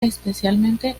especialmente